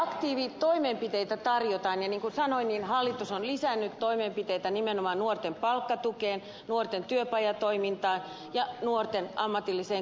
aktiivitoimenpiteitä tarjotaan ja niin kuin sanoin hallitus on lisännyt toimenpiteitä nimenomaan nuorten palkkatukeen nuorten työpajatoimintaan ja nuorten ammatilliseen koulutukseen